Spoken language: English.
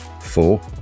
four